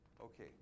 Okay